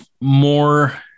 more